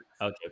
okay